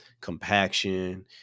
compaction